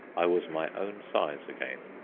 i was my own size again.